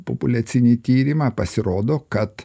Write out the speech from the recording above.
populiacinį tyrimą pasirodo kad